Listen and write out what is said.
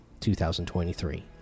2023